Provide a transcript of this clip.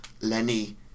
lenny